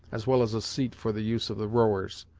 as well as a seat for the use of the rowers.